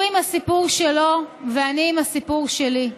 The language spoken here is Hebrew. הוא עם הסיפור שלו ואני עם הסיפור שלי.